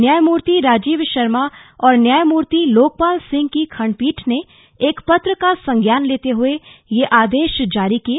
न्यायमूर्ति राजीव शर्मा और न्यायमूर्ति लोकपाल सिंह की खण्डपीठ ने एक पत्र का संज्ञान लेते हुए ये आदेश जारी किए